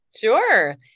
Sure